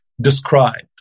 described